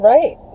Right